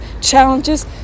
challenges